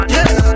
Yes